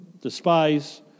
despise